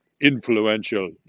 influential